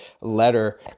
letter